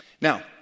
Now